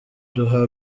duha